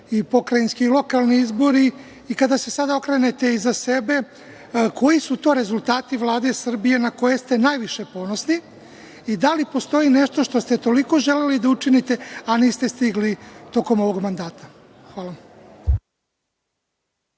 pokrajinski i lokalni izbori i kada se sada okrenete iza sebe koji su to rezultati Vlade Srbije na koje ste najviše ponosni? Da li postoji nešto što ste toliko želeli da učinite, a niste stigli tokom ovog mandata? Hvala.